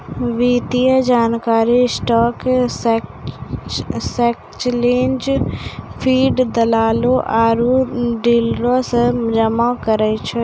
वित्तीय जानकारी stock exchange feed, दलालो आरु डीलरो से जमा करै छै